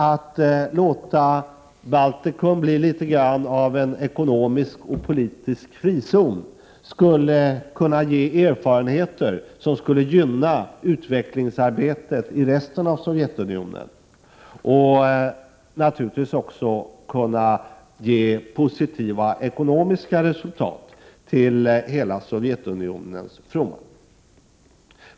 Att låta Baltikum bli litet grand av en ekonomisk och politisk frizon skulle kunna ge erfarenheter som gynnade utvecklingsarbetet i resten av Sovjetunionen, och naturligtvis också kunna ge positiva ekonomiska resultat till hela Sovjetunionens fromma.